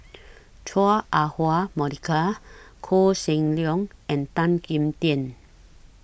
Chua Ah Huwa Monica Koh Seng Leong and Tan Kim Tian